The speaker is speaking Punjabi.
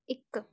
ਇੱਕ